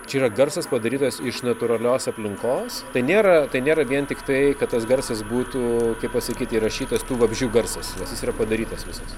čia yra garsas padarytas iš natūralios aplinkos tai nėra tai nėra vien tiktai kad tas garsas būtų pasakyti įrašytas tų vabzdžių garsas yra padarytos visos